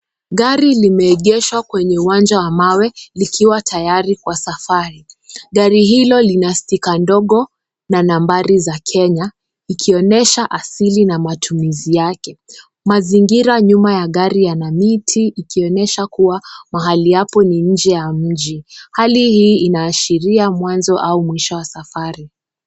Gari limeegeshwa kwenye uwanja wa mawe likiwa tayari kwa safari. Gari hilo lina stiker ndogo na nambari za Kenya ikionyesha asili na matumizi yake. Mazingira nyuma ya gari yana miti ikionyesha kuwa mahali hapo ni nje ya mji. Hali hii inaashiria mwanzo au mwisho wa safari.